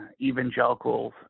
evangelicals